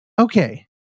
Okay